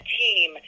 team